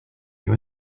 you